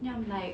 then I'm like